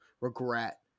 regret